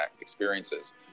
experiences